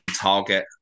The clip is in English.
target